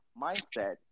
mindset